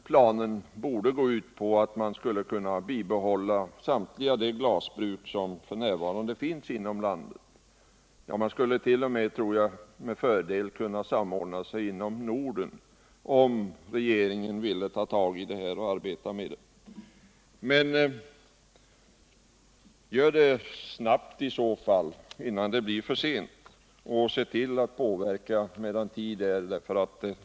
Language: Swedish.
Planen borde gå ut på att man skulle kunna bibehålla samtliga glasbruk som f. n. finns inom landet. Man skulle t.o.m., tror jag, med fördel kunna ha en samordning inom Norden, om regeringen ville ta tag i dessa frågor och arbeta med dem. Men gör det snabbt i så fall, innan det blir för sent! Se till att påverka medan tid är!